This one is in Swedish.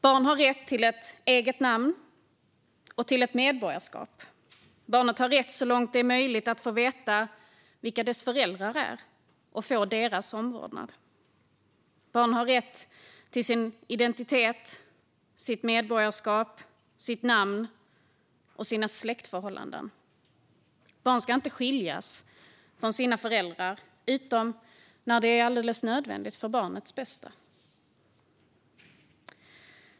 Barn har rätt till ett eget namn och ett medborgarskap. Barnet har rätt, så långt det är möjligt, att få veta vilka dess föräldrar är och få deras omvårdnad. Barn har rätt till sin identitet, sitt medborgarskap, sitt namn och sina släktförhållanden. Barn ska inte skiljas från sina föräldrar, utom när det är alldeles nödvändigt för barnets bästa.